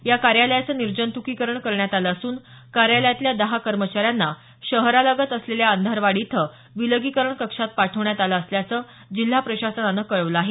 या कार्यालयाचं निर्जंतुकीकरण करण्यात आलं असून कार्यालयातल्या दहा कर्मचाऱ्यांना शहरालगत असलेल्या अंधारवाडी इथं विलगीकरण कक्षात पाठवण्यात आलं असल्याचं जिल्हा प्रशासनानं कळवल आहे